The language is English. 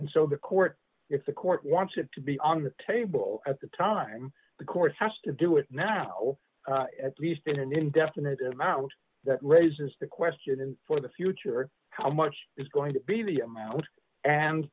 and so the court if the court wants it to be on the table at the time the court has to do it now or at least in an indefinite amount that raises the question for the future how much is going to be the amount and